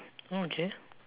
oh okay